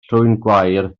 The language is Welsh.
llwyngwair